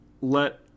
let